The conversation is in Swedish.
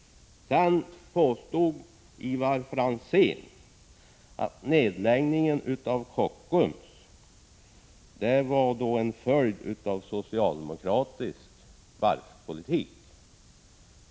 Sedan påstod Ivar Franzén att nedläggningen av Kockums var en följd av socialdemokratisk varvspolitik.